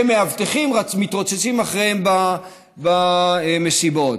ומאבטחים מתרוצצים אחריהם במסיבות.